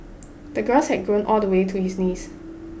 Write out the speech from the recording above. the grass had grown all the way to his knees